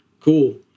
cool